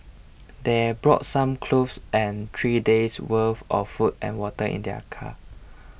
they brought some clothes and three days' worth of food and water in their car